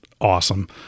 awesome